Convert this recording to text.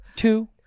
Two